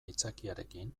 aitzakiarekin